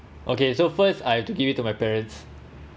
okay so first I have to give it to my parents